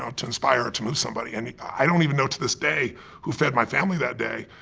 ah to inspire or to move somebody. and i don't even know to this day who fed my family that day,